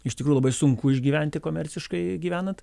iš tikrųjų labai sunku išgyventi komerciškai gyvenant